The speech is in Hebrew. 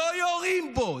לא יורים בו.